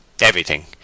Everything